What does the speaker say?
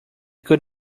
could